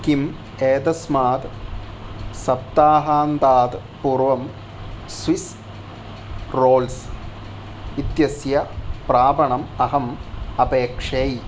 किम् एतस्मात् सप्ताहान्तात् पूर्वं स्विस्स् रोल्स् इत्यस्य प्रापणम् अहम् अपेक्षै